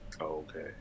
Okay